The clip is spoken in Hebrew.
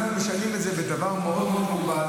אבל אנחנו משנים את זה בדבר מאוד מאוד מוגבל,